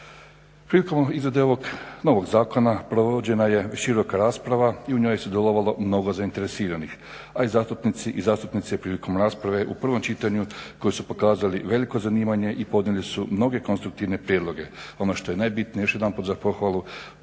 Prilikom izrade ovog novog zakona provođena je široka rasprava i u njoj je sudjelovalo mnogo zainteresiranih, a i zastupnici i zastupnice prilikom rasprave u prvom čitanju koji su pokazali veliko zanimanje i podnijeli su mnoge konstruktivne prijedloge. Ono što je najbitnije još jedanput za pohvalu